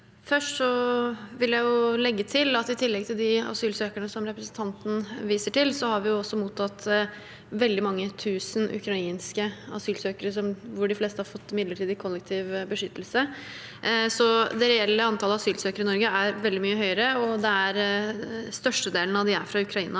Først vil jeg legge til at i tillegg til de asylsøkerne som representanten viser til, har vi mottatt veldig mange tusen ukrainske asylsøkere, hvor de fleste har fått midlertidig kollektiv beskyttelse, så det reelle antallet asylsøkere i Norge er veldig mye høyere, og størstedelen av dem er fra Ukraina.